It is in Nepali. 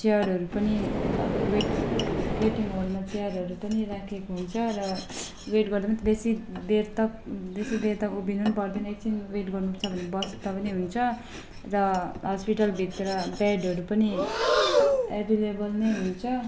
चियरहरू पनि वेटिङ हलमा चियरहरू पनि राखिएको हुन्छ र वेट गर्दा पनि बेसी देर तक बेसी देर तक उभिनु पनि पर्दैन एकछिन वेट गर्नु पर्छ भने बस्दा पनि हुन्छ र हस्पिटलभित्र बेडहरू पनि एभाइलेबल नै हुन्छ